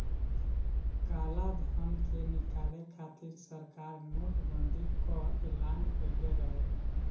कालाधन के निकाले खातिर सरकार नोट बंदी कअ एलान कईले रहे